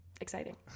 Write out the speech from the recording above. exciting